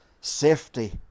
safety